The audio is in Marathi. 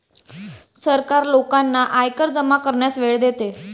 सरकार लोकांना आयकर जमा करण्यास वेळ देते